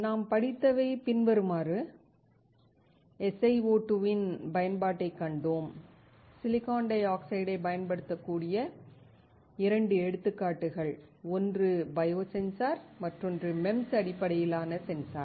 நாம் படித்தவை பின்வருமாறு SiO2 இன் பயன்பாட்டைக் கண்டோம் சிலிக்கான் டை ஆக்சைடைப் பயன்படுத்தக்கூடிய 2 எடுத்துக்காட்டுகள் ஒன்று பயோசென்சர் மற்றொன்று MEMS அடிப்படையிலான சென்சார்